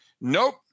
Nope